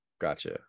gotcha